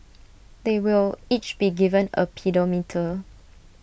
they will each be given A pedometer